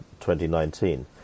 2019